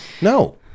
No